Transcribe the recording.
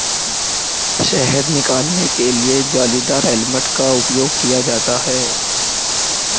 शहद निकालने के लिए जालीदार हेलमेट का उपयोग किया जाता है